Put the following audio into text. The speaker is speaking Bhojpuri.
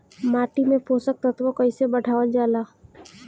माटी में पोषक तत्व कईसे बढ़ावल जाला ह?